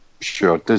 sure